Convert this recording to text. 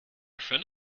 friend